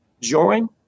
join